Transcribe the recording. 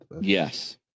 Yes